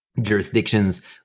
jurisdictions